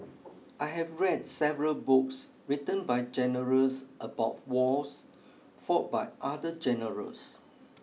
I have read several books written by generals about wars fought by other generals